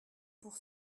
pour